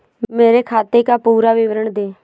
मेरे खाते का पुरा विवरण दे?